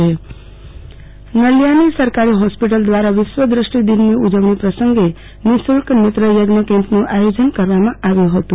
આરતીબેન ભદ્દ દષ્ટિ દિવસની ઉજવણી નલિયાની સરકારી હોસ્પિટલ દ્રારા વિશ્વ દષ્ટિ દિનની ઉજવણી પ્રસંગે નિ શુલ્ક નેત્રયજ્ઞ કેમ્પનું આયોજન કરવામાં આવ્યુ હતું